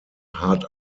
hart